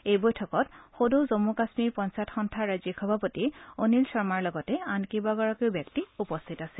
এই বৈঠকত সদৌ জন্মু কাশ্মীৰ পঞ্চায়ত সন্থাৰ ৰাজ্যিক সভাপতি অনিল শৰ্মাৰ লগতে আন কেইবাগৰাকীও ব্যক্তি উপস্থিত আছিল